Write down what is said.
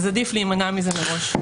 לכן, עדיף להימנע מזה מראש.